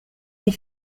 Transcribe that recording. les